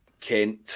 Kent